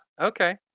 okay